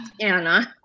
Anna